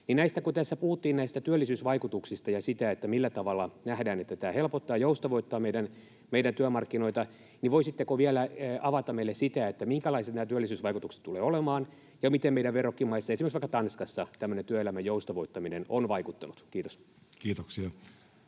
Kun täällä puhuttiin näistä työllisyysvaikutuksista ja siitä, millä tavalla nähdään, että tämä helpottaa ja joustavoittaa meidän työmarkkinoita, niin voisitteko vielä avata meille sitä, minkälaiset nämä työllisyysvaikutukset tulevat olemaan ja miten meidän verrokkimaissamme, esimerkiksi Tanskassa, tämmöinen työelämän joustavoittaminen on vaikuttanut? — Kiitos.